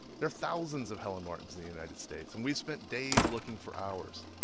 there are thousands of helen martins in the united states, and we've spent days looking for ours.